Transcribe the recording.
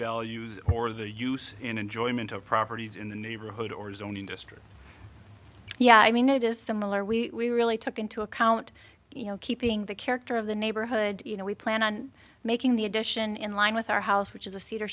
values or the use enjoyment of properties in the neighborhood or zone industry yeah i mean it is similar we really took into account you know keeping the character of the neighborhood you know we plan on making the addition in line with our house which is a cedar